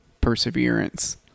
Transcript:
perseverance